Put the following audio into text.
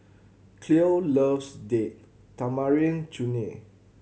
Cloe loves Date Tamarind Chutney